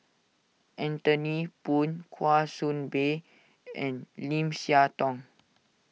Anthony Poon Kwa Soon Bee and Lim Siah Tong